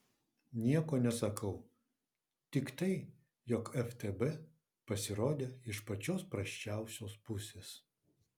nieko nesakau tik tai jog ftb pasirodė iš pačios prasčiausios pusės